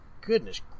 goodness